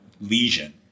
lesion